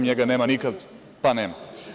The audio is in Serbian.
NJega nema nikad, pa nema.